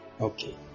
okay